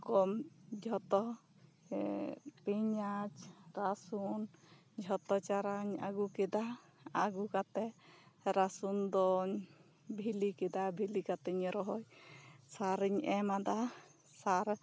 ᱠᱚᱢ ᱡᱷᱚᱛᱚ ᱯᱮᱭᱟᱸᱡᱽ ᱨᱟᱹᱥᱩᱱ ᱡᱷᱚᱛᱚ ᱪᱟᱨᱟᱧ ᱟᱹᱜᱩ ᱠᱮᱫᱟ ᱟᱹᱜᱩ ᱠᱟᱛᱮᱜ ᱨᱟᱹᱥᱩᱱ ᱫᱚᱧ ᱵᱷᱤᱞᱤ ᱠᱮᱫᱟ ᱵᱷᱤᱞᱤ ᱠᱟᱛᱮᱜ ᱤᱧ ᱨᱚᱦᱚᱭ ᱠᱮᱫᱟ ᱨᱚᱦᱚᱭ ᱠᱟᱛᱮᱜ ᱥᱟᱨ ᱤᱧ ᱮᱢ ᱟᱫᱟ